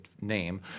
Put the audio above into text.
name